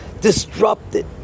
Disrupted